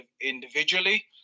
individually